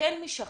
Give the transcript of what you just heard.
כן משחררת,